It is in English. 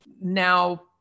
now